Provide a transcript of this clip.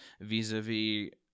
vis-a-vis